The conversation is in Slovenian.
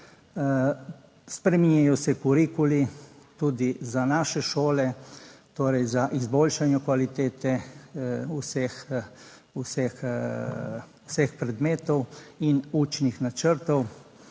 Spreminjajo se kurikuli tudi za naše šole, torej za izboljšanje kvalitete vseh predmetov in učnih načrtov.